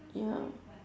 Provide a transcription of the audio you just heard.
ya